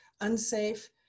unsafe